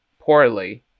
poorly